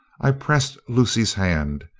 i pressed lucy's hand,